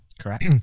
Correct